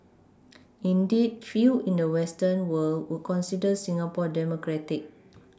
indeed few in the Western world would consider Singapore democratic